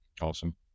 Awesome